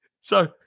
So-